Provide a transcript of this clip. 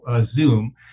Zoom